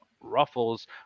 ruffles